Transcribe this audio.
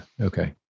Okay